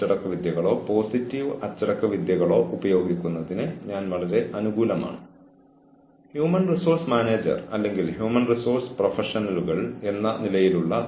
അതിനാൽ പോസിറ്റീവ് അച്ചടക്കം പ്രധാനമായും ആരംഭിക്കുന്നത് ജീവനക്കാരും അവരുടെ സൂപ്പർവൈസർമാരും തമ്മിലുള്ള കീഴുദ്യോഗസ്ഥരും അവരുടെ ഉടനടി സൂപ്പർവൈസർമാരും തമ്മിലുള്ള ഒരു കൌൺസിലിംഗ് സെഷനിലാണ്